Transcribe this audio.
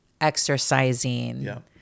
exercising